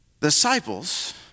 Disciples